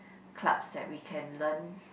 clubs that we can learned